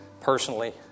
personally